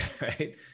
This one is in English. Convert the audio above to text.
right